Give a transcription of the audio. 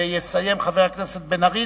ויסיים, חבר הכנסת בן-ארי.